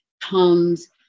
comes